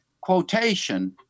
quotation